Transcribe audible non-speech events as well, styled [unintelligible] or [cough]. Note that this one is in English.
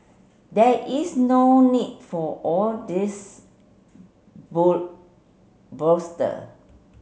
there is no need for all this [unintelligible]